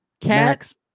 Cat's